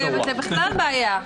זה בכלל בעיה.